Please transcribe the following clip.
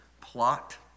plot